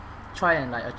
try and like